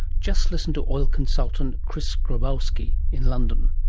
just listen to oil consultant chris skrebowski in london.